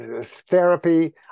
therapy